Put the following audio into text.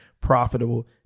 profitable